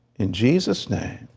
in jesus' name,